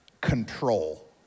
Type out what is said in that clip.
control